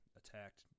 attacked